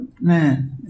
man